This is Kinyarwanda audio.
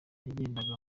yagendaga